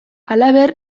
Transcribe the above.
halaber